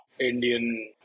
Indian